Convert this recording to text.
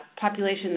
population